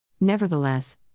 Nevertheless